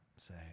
say